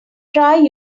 try